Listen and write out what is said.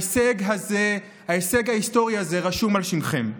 ההישג הזה, ההישג ההיסטורי הזה, רשום על שמכם.